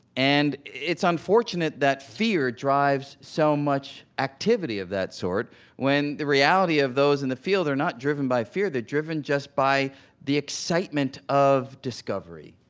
and it's unfortunate that fear drives so much activity of that sort when the reality of those in the field are not driven by fear they're driven just by the excitement of discovery.